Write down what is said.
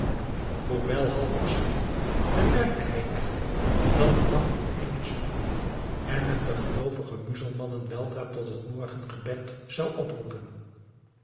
hoewel half beschonken bemerkte hij echter dat de nacht ten einde spoedde en men de geloovige muzelmannen weldra tot het morgengebed zou oproepen